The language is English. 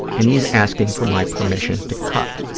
and he's asking for my permission to cut.